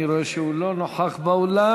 אני רואה שהוא לא נוכח באולם.